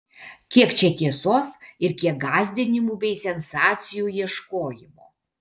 kiek čia tiesos ir kiek gąsdinimų bei sensacijų ieškojimo